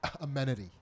amenity